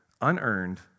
unearned